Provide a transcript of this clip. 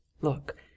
look